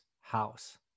house